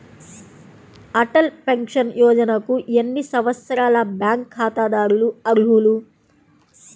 Atal pension యోజనకు ఎన్ని సంవత్సరాల బ్యాంక్ ఖాతాదారులు అర్హులు?